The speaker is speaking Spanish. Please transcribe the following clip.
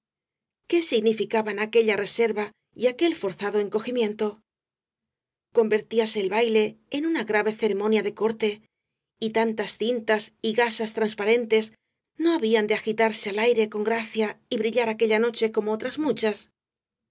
qué significaban aquella reserva y aquel forzado encogimiento convertíase el baile en una grave ceremonia de corte y tantas cintas y gasas transparentes no habían de agitarse al aire con gracia y brillar aquella noche como otras muchas